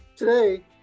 Today